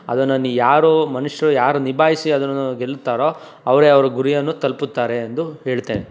ಅದನ್ನ ಯಾರೂ ಮನುಷ್ರು ಯಾರು ನಿಭಾಯಿಸಿ ಅದನ್ನೂ ಗೆಲ್ತಾರೋ ಅವರೇ ಅವ್ರ ಗುರಿಯನ್ನು ತಲುಪುತ್ತಾರೆ ಎಂದು ಹೇಳ್ತೇನೆ